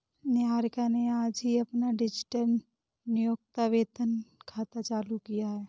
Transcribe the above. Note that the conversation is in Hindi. निहारिका ने आज ही अपना डिजिटल नियोक्ता वेतन खाता चालू किया है